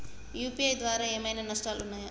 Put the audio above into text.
UPI ద్వారా ఏమైనా నష్టాలు ఉన్నయా?